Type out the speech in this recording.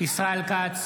ישראל כץ,